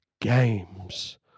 games